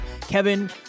Kevin